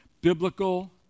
biblical